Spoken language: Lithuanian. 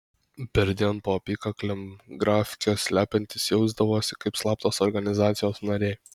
perdien po apykaklėm grafkes slepiantys jausdavosi kaip slaptos organizacijos nariai